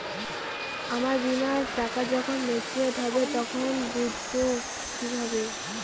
আমার বীমার টাকা যখন মেচিওড হবে তখন বুঝবো কিভাবে?